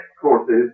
courses